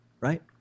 right